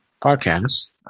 podcast